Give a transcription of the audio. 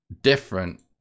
different